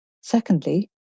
Secondly